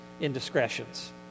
indiscretions